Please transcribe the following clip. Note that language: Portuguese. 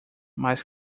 mais